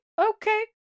okay